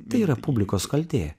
tai yra publikos kaltė